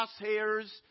crosshairs